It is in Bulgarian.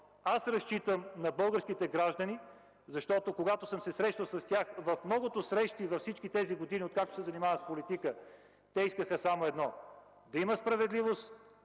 че разчитам на българските граждани. Защото, когато съм се срещал с тях в многото срещи във всички тези години, откакто се занимавам с политика, те искаха само едно – да има справедливост